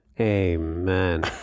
Amen